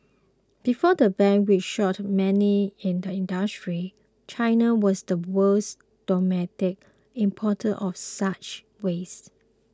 before the ban which shocked many in the industry China was the world's dominant importer of such waste